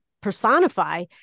personify